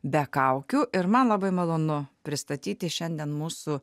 be kaukių ir man labai malonu pristatyti šiandien mūsų